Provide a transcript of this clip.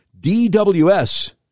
DWS